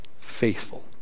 faithful